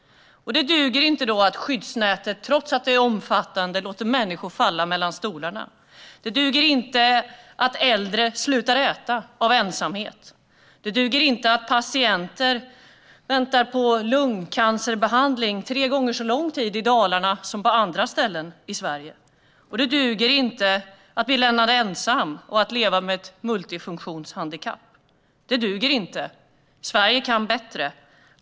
Då duger det inte att skyddsnätet, trots att det är omfattande, låter människor falla mellan stolarna. Det duger inte att äldre slutar att äta av ensamhet. Det duger inte att patienter väntar på lungcancerbehandling tre gånger så lång tid i Dalarna som på andra ställen i Sverige. Det duger inte att bli lämnad ensam och att leva med ett multifunktionshandikapp. Det duger inte. Sverige kan bättre.